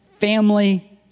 family